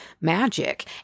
magic